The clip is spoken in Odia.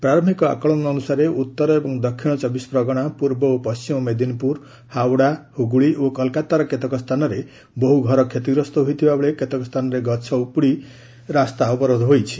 ପ୍ରାରୟିକ ଆକଳନ ଅନୁସାରେ ଉତ୍ତର ଏବଂ ଦକ୍ଷିଣ ଚବିଶ ପ୍ରଗଣା ପୂର୍ବ ଓ ପଶ୍ଚିମ ମେଦିନପୁର ହାଓଡ଼ା ହୁଗୁଳି ଓ କଲକାତାର କେତେକ ସ୍ଥାନରେ ବହୁ ଘର କ୍ଷତିଗ୍ରସ୍ତ ହୋଇଥିବାବେଳେ କେତେକ ସ୍ଥାନରେ ଗଛଗୁଡ଼ିକ ଉପୁଡ଼ିପଡ଼ିଥିବା ଜଣାପଡ଼ିଛି